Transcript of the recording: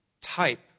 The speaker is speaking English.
type